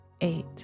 eight